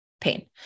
pain